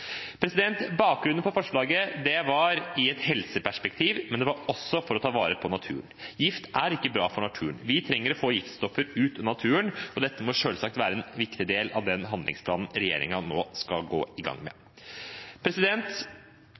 Bakgrunnen for forslaget var et helseperspektiv, men det var også for å ta vare på naturen. Gift er ikke bra for naturen. Vi trenger å få giftstoffer ut av naturen, og dette må selvsagt være en viktig del av den handlingsplanen regjeringen nå skal gå i gang med.